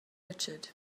richard